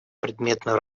предметную